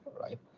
right